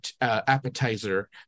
appetizer